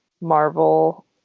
marvel